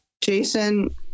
Jason